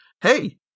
hey